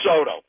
Soto